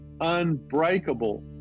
unbreakable